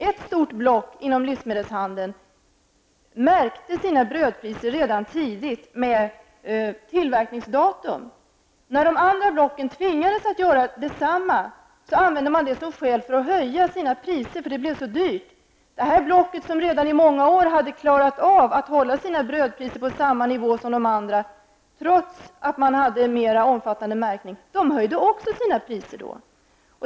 Ett stort block inom livsmedelshandeln märkte sina brödprislappar redan tidigt med tillverkningsdatum. När de andra blocken tvingades att göra detsamma, använde man det som skäl för att höja sina priser -- för det blev så dyrt. Det förstnämnda blocket, som redan i många år hade klarat av att hålla sina brödpriser på samma nivå som andra, trots att man hade mer omfattande märkning, höjde då också sina priser.